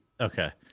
Okay